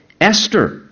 Esther